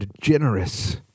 generous